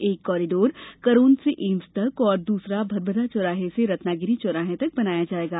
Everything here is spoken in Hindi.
एक कॉरीडोर करोंद से एम्स तक और दूसरा भदभदा चौराहे से रत्नागिरि चौराहे तक बनाया जायेगा